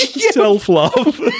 Self-love